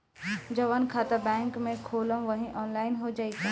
जवन खाता बैंक में खोलम वही आनलाइन हो जाई का?